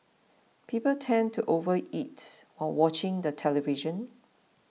people tend to overeat while watching the television